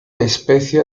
especie